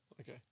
okay